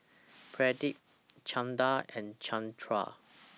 Pradip Chanda and Chandra